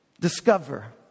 discover